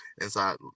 inside